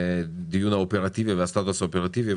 הדיון האופרטיבי והסטטוס האופרטיבי.